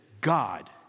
God